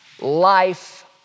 life